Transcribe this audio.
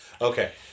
Okay